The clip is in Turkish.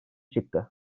çıktı